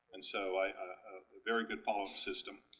and so i. a very good um system,